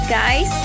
guys